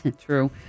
True